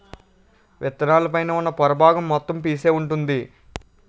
విత్తనాల పైన ఉన్న పొర బాగం మొత్తం పీసే వుంటుంది